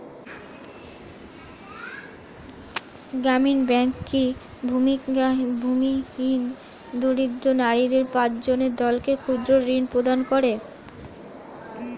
গ্রামীণ ব্যাংক কি ভূমিহীন দরিদ্র নারীদের পাঁচজনের দলকে ক্ষুদ্রঋণ প্রদান করে?